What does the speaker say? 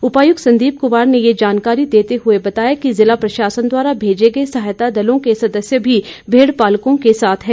उपायुक्त संदीप कुमार ने ये जानकारी देते हुए बताया कि जिला प्रशासन द्वारा भेजे गए सहायता दलों के सदस्य भी भेड़ पालकों के साथ हैं